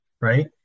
right